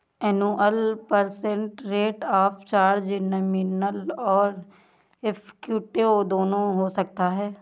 annual percent rate of charge nominal और effective दोनों हो सकता है